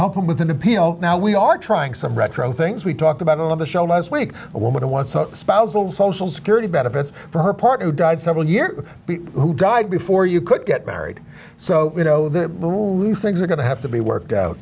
help him with an appeal now we are trying some retro things we talked about on the show last week a woman who wants spousal social security benefits for her partner who died several years who died before you could get married so you know the truth things are going to have to be worked out